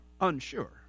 unsure